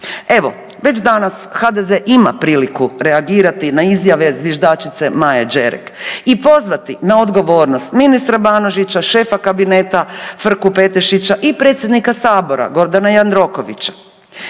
Evo, već danas HDZ ima priliku reagirati na izjave zviždačice Maje Đerek i pozvati na odgovornost ministra Banožića, šefa kabineta Frku Petešića i predsjednika Sabora, Gordana Jandrokovića.